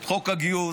את חוק הגיוס,